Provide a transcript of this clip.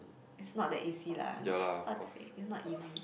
is not that easy lah how to say it's not easy